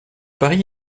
pari